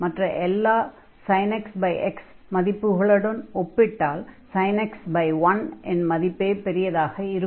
மற்ற எல்லா sin x x மதிப்புகளுடன் ஒப்பிட்டால் sin x 1 இன் மதிப்பே பெரியதாக இருக்கும்